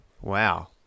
wow